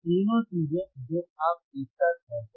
तीनों चीजें जो आप एक साथ करते हैं